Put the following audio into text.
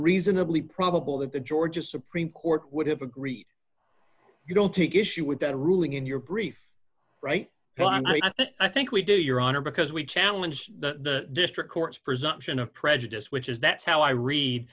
reasonably probable that the georgia supreme court would have agreed you don't take issue with that ruling in your brief right and i think i think we do your honor because we challenge the district court's presumption of prejudice which is that's how i read